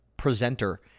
presenter